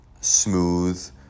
smooth